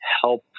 help